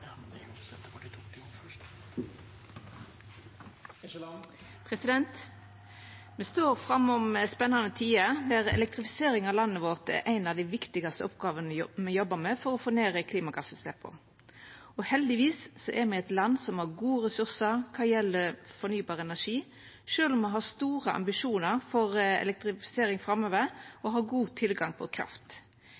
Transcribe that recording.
Me står framom spanande tider, der elektrifisering av landet vårt er ei av dei viktigaste oppgåvene me jobbar med for å få ned klimagassutsleppa. Heldigvis er me eit land som har gode ressursar når det gjeld fornybar energi. Sjølv om me har store ambisjonar for elektrifisering framover,